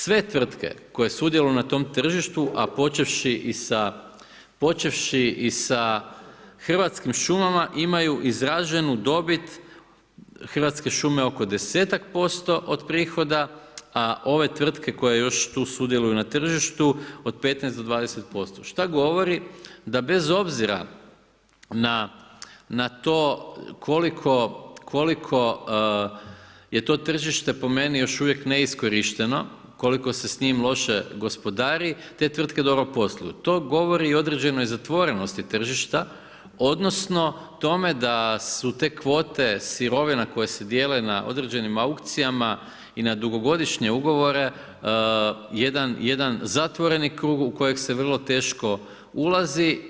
Sve tvrtke koje sudjeluju na tom tržištu, a počevši i sa Hrvatskim šumama imaju izraženu dobit Hrvatske šume oko desetak posto od prihoda, a ove tvrtke koje još tu sudjeluju na tržištu od 15 do 20% šta govori da bez obzira na to koliko je to tržište po meni još uvijek neiskorišteno, koliko se s njim loše gospodari te tvrtke dobro posluju to govori i o određenoj zatvorenosti tržišta, odnosno tome da su te kvote sirovina koje se dijele na određenim aukcijama i na dugogodišnje ugovore jedan zatvoreni krug u kojeg se vrlo teško ulazi.